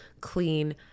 clean